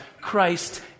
Christ